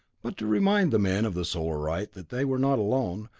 but to remind the men of the solarite that they were not alone,